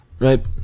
Right